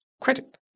credit